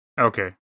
Okay